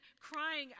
crying